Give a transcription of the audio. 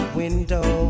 window